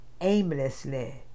aimlessly